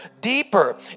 deeper